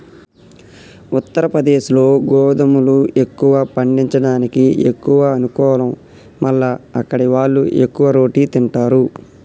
ఉత్తరప్రదేశ్లో గోధుమలు ఎక్కువ పండియడానికి ఎక్కువ అనుకూలం మల్ల అక్కడివాళ్లు ఎక్కువ రోటి తింటారు